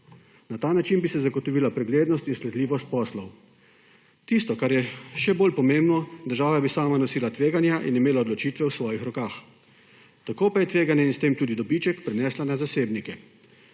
Na ta način bi se zagotovila preglednost in sledljivost poslov. Tisto, kar je še bolj pomembno, država bi sama nosila tveganja in imela odločitve v svojih rokah. Tako pa je tveganje in s tem tudi dobiček prenesla na zasebnike.